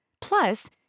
Plus